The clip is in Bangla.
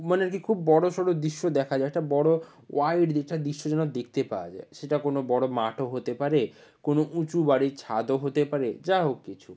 মানে আর কি খুব বড়সড় দৃশ্য দেখা যায় একটা বড় ওয়াইড একটা দৃশ্য যেন দেখতে পাওয়া যায় সেটা কোনো বড় মাঠও হতে পারে কোনো উঁচু বাড়ির ছাদও হতে পারে যা হোক কিছু